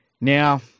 Now